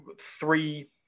three